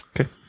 Okay